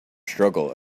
struggle